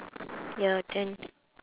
ya then